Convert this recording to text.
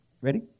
Ready